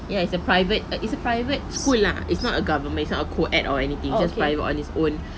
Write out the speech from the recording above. ya it's a private err it's a private school lah it's not a government it's not a co-education or anything it's just a private on its own